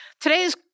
Today's